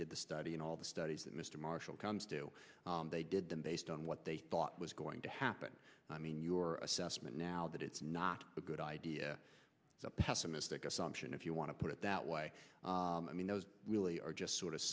did the study and all the studies mr marshall cons do they did them based on what they thought was going to happen i mean your assessment now that it's not a good idea it's a pessimistic assumption if you want to put it that way i mean those really are just sort of